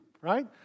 right